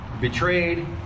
betrayed